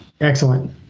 Excellent